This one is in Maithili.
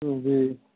जी